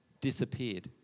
disappeared